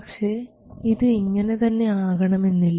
പക്ഷേ ഇത് ഇങ്ങനെ തന്നെ ആകണമെന്നില്ല